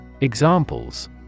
Examples